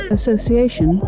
Association